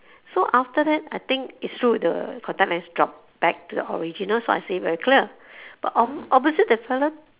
so after that I think it's true the contact lens drop back to the original so I see very clear but ob~ obviously that fella